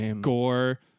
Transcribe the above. gore